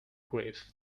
grief